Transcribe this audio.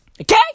Okay